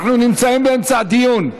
אנחנו נמצאים באמצע הדיון.